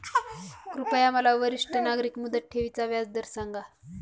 कृपया मला वरिष्ठ नागरिक मुदत ठेवी चा व्याजदर सांगा